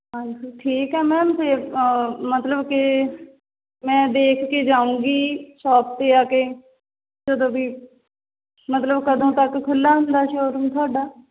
ਹਾਂਜੀ ਠੀਕ ਹੈ ਮੈਮ ਫੇ ਮਤਲਬ ਕਿ ਮੈਂ ਦੇਖ ਕੇ ਜਾਊਂਗੀ ਸ਼ੋਪ 'ਤੇ ਆ ਕੇ ਜਦੋਂ ਵੀ ਮਤਲਬ ਕਦੋਂ ਤੱਕ ਖੁੱਲਾ ਹੁੰਦਾ ਸ਼ੋਪ ਤੁਹਾਡਾ